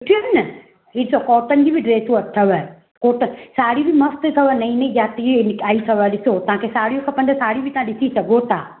सुठियूं आहिनि न ही ॾिसो कॉटन जी बि ड्रेसूं अथव कॉटन साड़ी बि मस्तु अथव नई नई जातीअ आई अथव ॾिसो तव्हां खे साड़ियूं खपनि त साड़ियूं बि तव्हां ॾिसी सघो था